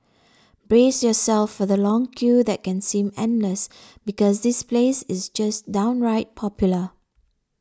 brace yourself for the long queue that can seem endless because this place is just downright popular